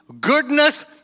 goodness